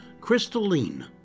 Crystalline